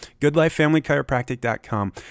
goodlifefamilychiropractic.com